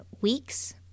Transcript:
weeks